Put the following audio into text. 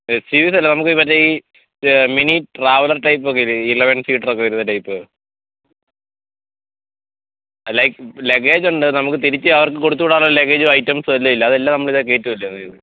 എസ്സീരീസല്ല നമുക്കീ മറ്റേ ഈ മിനി ട്രാവലര് ടൈപ്പക്കെ ഇല്ലേ ഇലെവന് സീറ്ററക്കെ വരുന്ന ടൈപ്പ് ലൈക് ലഗ്ഗേജൊണ്ട് നമുക്ക് തിരിച്ച് അവര്ക്ക് കൊടുത്തു വിടാനുള്ള ലഗ്ഗേജും ഐറ്റെംസുവെല്ലാവില്ലേ അതെല്ലാം നമ്മളിതേ കയറ്റുവല്ലയോ